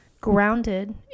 grounded